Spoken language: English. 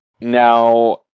Now